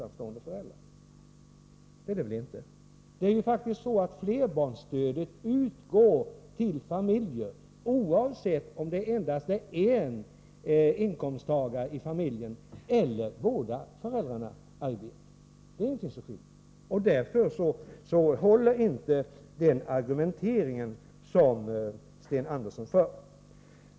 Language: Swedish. Men det är faktiskt så att flerbarnsstödet utgår till familjer oavsett om det är en inkomsttagare i familjen eller om båda föräldrarna arbetar. Det är ingenting som skiljer, och därför håller inte Sten Anderssons argumentering.